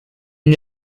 n’y